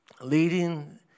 leading